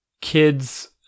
kids